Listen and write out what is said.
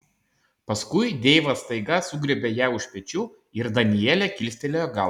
paskui deivas staiga sugriebė ją už pečių ir danielė kilstelėjo galvą